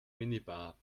minibar